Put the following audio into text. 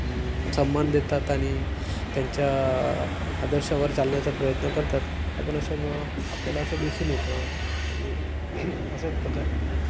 सम्मान देतात आणि त्यांच्या आदर्शावर चालण्याचा प्रयत्न करतात आपण अशा आपल्याला असं दिसून येतो आणि अशाच प्रकारे